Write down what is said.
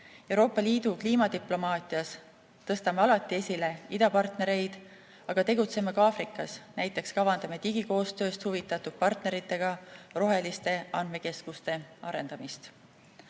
Euroopa Liidu kliimadiplomaatias tõstame alati esile idapartnereid, aga tegutseme ka Aafrikas, näiteks kavandame digikoostööst huvitatud partneritega roheliste andmekeskuste arendamist.